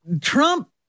Trump